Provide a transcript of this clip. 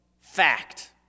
fact